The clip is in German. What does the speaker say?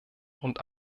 und